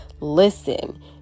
listen